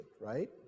right